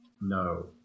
No